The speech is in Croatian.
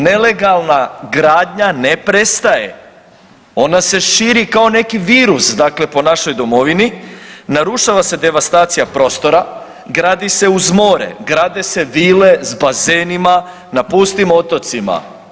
Nelegalna gradnja ne prestaje, ona se širi kao neki virus po našoj domovini, narušava se devastacija prostora, gradi se uz more, grade se vile s bazenima na pustim otocima.